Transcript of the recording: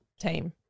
team